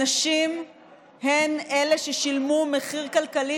הנשים הן ששילמו מחיר כלכלי,